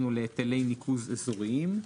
במונח "היטלי ניקוז אזוריים".